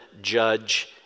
judge